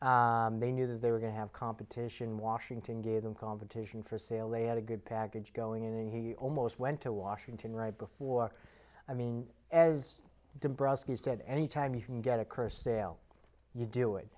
it they knew that they were going to have competition washington gave them competition for sale they had a good package going in and he almost went to washington right before i mean as dombroski said any time you can get a curse sale you do it